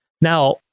Now